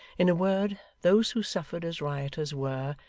in a word, those who suffered as rioters were,